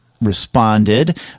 responded